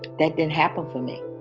that didn't happen for me.